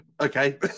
Okay